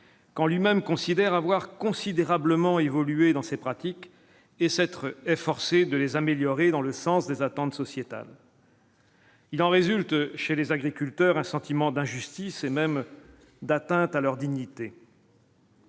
quand lui-même considère avoir considérablement évoluer dans ses pratiques et s'être efforcé de les améliorer, dans le sens des attentes sociétales. Il en résulte chez les agriculteurs, un sentiment d'injustice et même d'atteinte à leur dignité.